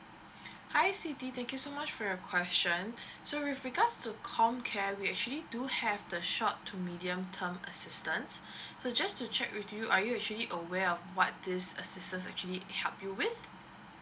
hi siti thank you so much for your question so with regards to comcare we actually do have the short to medium term assistance so just to check with you are you actually aware of what this assistance actually help you with